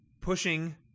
pushing